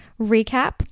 Recap